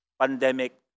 pandemic